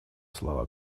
слова